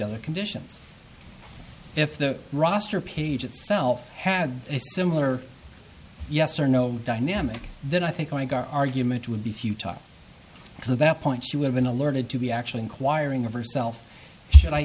other conditions if the roster page itself had a similar yes or no dynamic then i think i got argument would be if you talk to that point she would have been alerted to the actual inquiring of herself should i